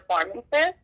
performances